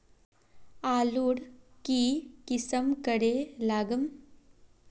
आलूर की किसम करे लागम?